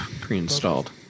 pre-installed